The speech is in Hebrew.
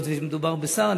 היות שמדובר בשר,